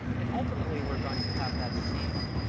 and ultimately, we're going to have that same